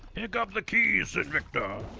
pick up the keys invicta